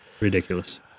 ridiculous